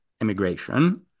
immigration